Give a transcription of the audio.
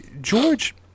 George